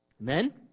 Amen